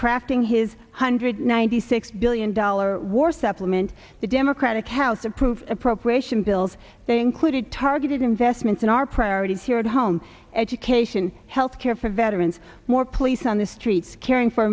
crafting his hundred ninety six billion dollar war supplement the democratic house approved appropriation bills they included targeted investments in our priorities here at home education health care for veterans more police on the streets caring for